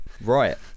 Right